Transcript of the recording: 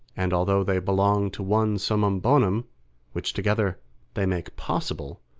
and, although they belong to one summum bonum which together they make possible,